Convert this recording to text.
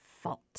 fault